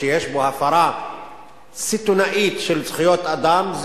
שיש בו הפרה סיטונית של זכויות אדם,